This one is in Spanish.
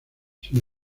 sin